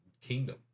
kingdom